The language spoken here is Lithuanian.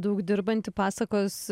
daug dirbanti pasakos